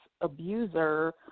abuser